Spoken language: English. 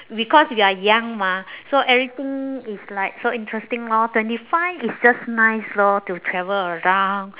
because we are young mah so everything is like so interesting lor twenty five is just nice lor to travel around